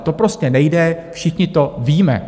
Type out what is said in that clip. To prostě nejde, všichni to víme.